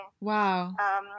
Wow